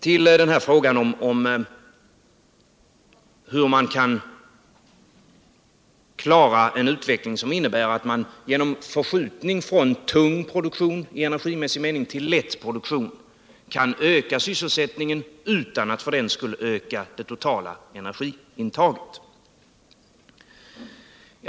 Sedan till frågan om hur man kan genomföra en utveckling som innebär att man genom förskjutning från en tung produktion i energimässig mening till en lätt produktion kan öka sysselsättningen utan att för den skull öka det totala energiintaget.